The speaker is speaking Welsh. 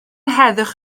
heddwch